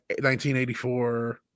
1984